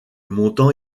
montant